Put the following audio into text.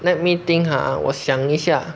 let me think 哈我想一下